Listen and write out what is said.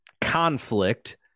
conflict